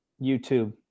YouTube